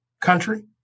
country